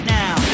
now